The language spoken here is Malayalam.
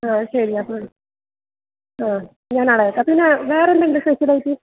ആ ശരി അപ്പോൾ ആ ഞാൻ ആളെ അയയ്ക്കാം പിന്നെ വേറെ എന്തുണ്ട് സ്പെഷ്യൽ ആയിട്ട്